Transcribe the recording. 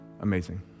Amazing